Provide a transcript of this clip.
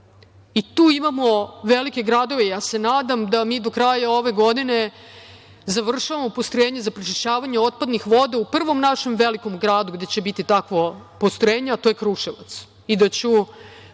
Tu imamo velike gradove. Nadam se da mi do kraja ove godine završavamo postrojenje za prečišćavanje otpadnih voda u prvom našem velikom gradu gde će biti takvo postrojenje, a to je Kruševac